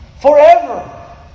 Forever